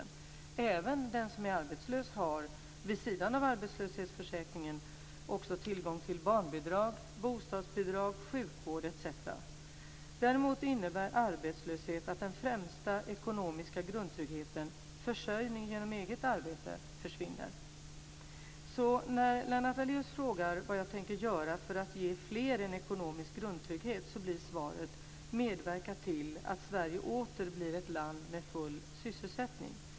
Även den som är arbetslös har - vid sidan av arbetslöshetsförsäkringen - också tillgång till barnbidrag, bostadsbidrag, sjukvård etc. Däremot innebär arbetslöshet att den främsta ekonomiska grundtryggheten, försörjning genom eget arbete, försvinner. När Lennart Daléus frågar vad jag tänker göra för att ge fler en ekonomisk grundtrygghet, så blir svaret: Medverka till att Sverige åter blir ett land med full sysselsättning.